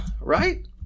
right